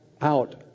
out